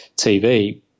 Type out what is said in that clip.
TV